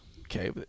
Okay